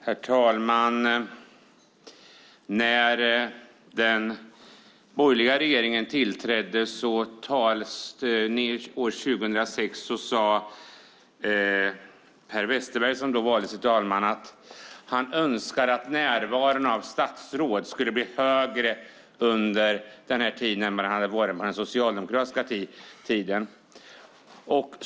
Herr talman! När den borgerliga regeringen tillträdde år 2006 sade Per Westerberg, som då valdes till talman, att han önskade att närvaron av statsråd skulle bli högre under den här tiden än vad den hade varit på den socialdemokratiska tiden.